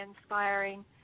inspiring